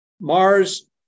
Mars